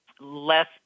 less